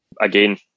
Again